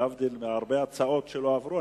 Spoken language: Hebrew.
להבדיל מהרבה הצעות שלא עברו,